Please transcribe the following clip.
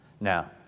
Now